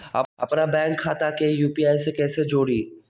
अपना बैंक खाता के यू.पी.आई से कईसे जोड़ी?